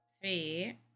three